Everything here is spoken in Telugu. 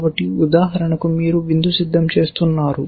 కాబట్టి ఉదాహరణకు మీరు విందు సిద్ధం చేస్తున్నారు